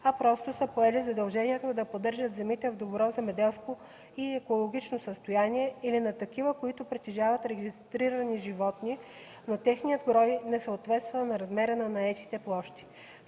а просто са поели задължението да поддържат земите в добро земеделско и екологично състояние, или на такива, които притежават регистрирани животни, но техният брой не съответства на размера на наетите площи.